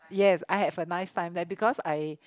yes I have a nice time there because I